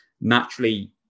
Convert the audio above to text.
naturally